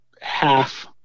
half